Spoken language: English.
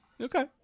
okay